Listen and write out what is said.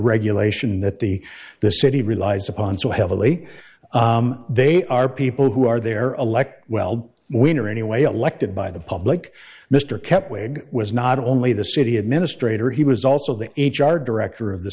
regulation that the the city relies upon so heavily they are people who are there elect well when are anyway elected by the public mr kemp wig was not only the city administrator he was also the h r director of the